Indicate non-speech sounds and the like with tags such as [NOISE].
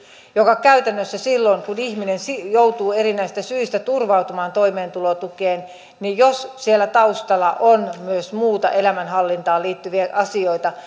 käytännössä silloin kun ihminen joutuu erinäisistä syistä turvautumaan toimeentulotukeen jos siellä taustalla on myös muita elämänhallintaan liittyviä asioita [UNINTELLIGIBLE]